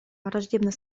враждебно